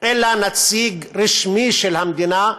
אלא נציג רשמי של המדינה,